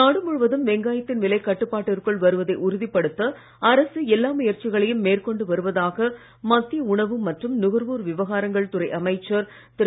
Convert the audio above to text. நாடு முழுவதும் வெங்காயத்தின் விலை கட்டுப்பாட்டுக்குள் வருவதை உறுதிப் படுத்த அரசு எல்லா முயற்சிகளையும் மேற்கொண்டு வருவதாக மத்திய உணவு மற்றும் நுகர்வோர் விவகாரங்கள் துறை அமைச்சர் திரு